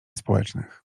społecznych